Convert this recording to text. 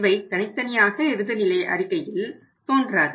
இவை தனித்தனியாக இறுதி அறிக்கையில் தோன்றாது